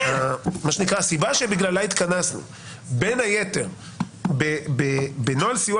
הסיבה שבגללה התכנסנו בין היתר בנוהל סיוע